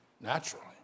naturally